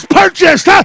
purchased